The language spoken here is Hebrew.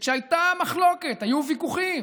כשהייתה מחלוקת, היו ויכוחים,